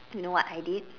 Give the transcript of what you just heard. you know what I did